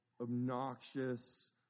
obnoxious